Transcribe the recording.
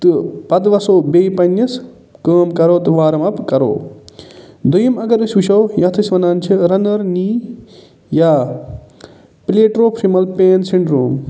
تہٕ پتہٕ وَسَو بیٚیہِ پَنٛنِس کٲم کَرَو تہٕ وارَم اَپ کَرَو دۄیِم اگر أسۍ وٕچھَو یَھ أسۍ وَنان چھِ رَنٛنَرٕز نی یا پٔلیٹوفِمل پین سنڈروٗم